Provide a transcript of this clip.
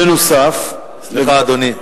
בנוסף, סליחה, אדוני.